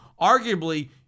Arguably